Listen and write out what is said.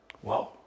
Whoa